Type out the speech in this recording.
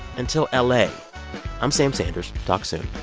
until ah la i'm sam sanders. talk soon